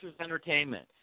Entertainment